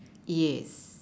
yes